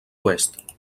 oest